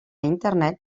internet